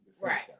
right